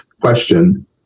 question